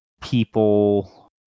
people